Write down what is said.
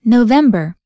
November